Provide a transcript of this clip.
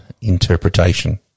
interpretation